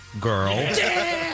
girl